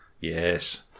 yes